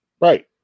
Right